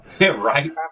right